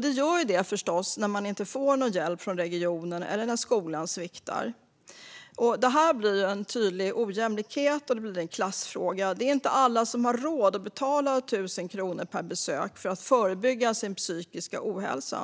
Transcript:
De gör det när de inte får hjälp från regionen eller när skolan sviktar. Detta blir en tydlig ojämlikhet och en klassfråga. Det är inte alla som har råd att betala 1 000 kronor per besök för att förebygga psykisk ohälsa.